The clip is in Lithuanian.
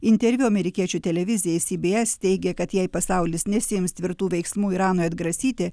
interviu amerikiečių televizijai cbs teigė kad jei pasaulis nesiims tvirtų veiksmų iranui atgrasyti